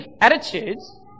attitudes